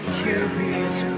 curious